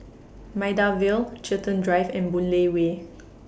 Maida Vale Chiltern Drive and Boon Lay Way